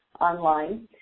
online